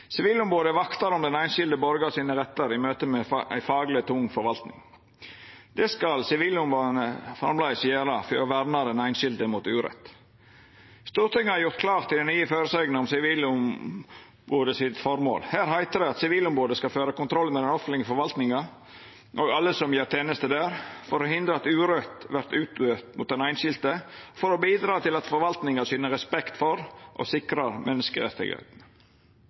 Sivilombodet vaktar om den einskilde borgar sine rettar i møte med ei fagleg tung forvalting. Det skal Sivilombodet framleis gjera for å verna den einskilde mot urett. Stortinget har gjort klart til den nye føresegna om Sivilombodets føremål. Her heiter det at Sivilombodet skal føra kontroll med den offentlege forvaltinga og alle som gjer teneste der, for å hindra at urett vert utøvt mot den einskilde, for å bidra til at forvaltinga syner respekt for og